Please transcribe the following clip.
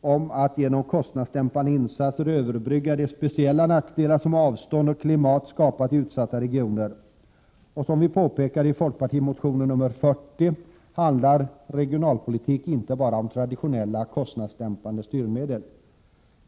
om att genom kostnadsdämpande insatser överbrygga de speciella nackdelar som avstånd och klimat skapar i utsatta regioner. Som vi påpekar i folkpartimotionen nr 40 handlar regionalpolitik inte bara om traditionella kostnadsdämpande styrmedel.